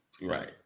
Right